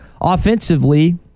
offensively